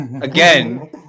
Again